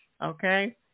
Okay